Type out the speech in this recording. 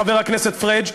חבר הכנסת פריג',